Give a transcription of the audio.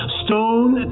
stone